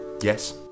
Yes